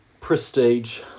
prestige